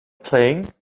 playing